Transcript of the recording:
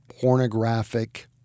pornographic